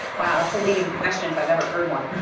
wow! that's a leading question, if i've ever heard one.